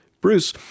Bruce